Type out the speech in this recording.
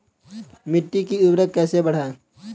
मिट्टी की उर्वरता कैसे बढ़ाएँ?